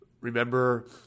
remember